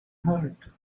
heart